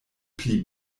pli